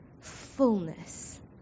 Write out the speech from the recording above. fullness